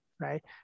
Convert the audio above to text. Right